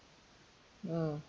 mm